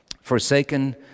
forsaken